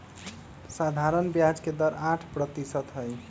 सधारण ब्याज के दर आठ परतिशत हई